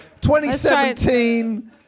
2017